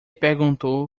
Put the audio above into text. perguntou